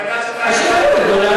אז שיבואו לגדולי